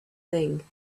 thing